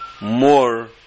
more